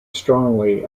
strongly